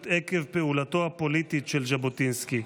עקב פעולתו הפוליטית של ז'בוטינסקי.